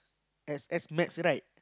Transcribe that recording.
X_S max right